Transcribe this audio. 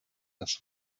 das